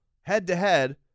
head-to-head